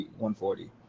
140